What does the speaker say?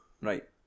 Right